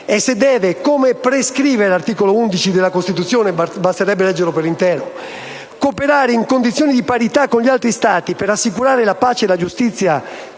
e se deve, come prescrive l'articolo 11 della Costituzione» - basterebbe leggerlo per intero - «cooperare, in condizioni di parità con gli altri Stati, per assicurare la pace e la giustizia